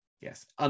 yes